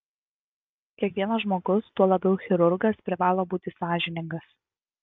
kiekvienas žmogus tuo labiau chirurgas privalo būti sąžiningas